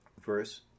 Verse